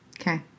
Okay